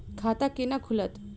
खाता केना खुलत?